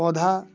पौधा